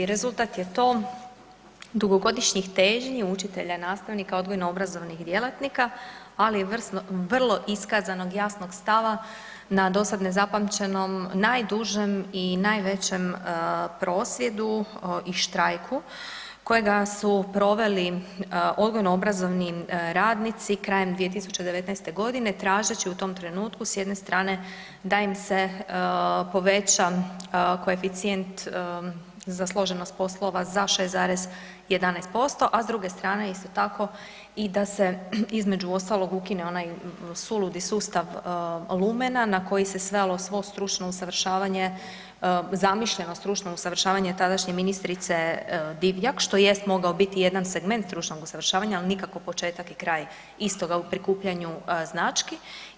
Rezultat je to dugogodišnjih težnji učitelja i nastavnika odgojno obrazovnih djelatnika, ali i vrlo iskazanog jasnog stava na dosad nezapamćenom najdužem i najvećem prosvjedu i štrajku kojega su proveli odgojno obrazovni radnici krajem 2019. godine tražeći u tom trenutku s jedne strane da im se poveća koeficijent za složenost poslova za 6,11%, a s druge strane isto tako i da se između ostalog ukine onaj suludi sustav lumena na koji se svelo svo stručno usavršavanje, zamišljeno stručno usavršavanje tadašnje ministrice Divjak što jest mogao biti jedan segment stručnog usavršavanja, ali nikako početak i kraj istoga u prikupljanju znački.